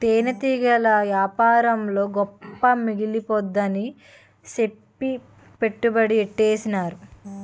తేనెటీగల యేపారంలో గొప్ప మిగిలిపోద్దని సెప్పి పెట్టుబడి యెట్టీసేనురా